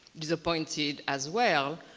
disappointed as well.